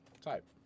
type